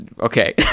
Okay